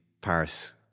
Paris